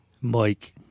Mike